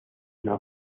una